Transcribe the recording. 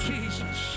Jesus